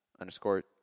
underscore